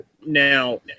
Now